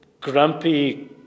grumpy